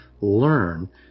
learn